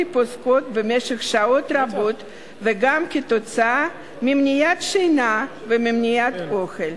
פוסקות במשך שעות רבות וגם כתוצאה ממניעת שינה וממניעת אוכל.